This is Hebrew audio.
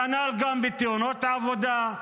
כנ"ל גם בתאונות עבודה.